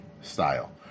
style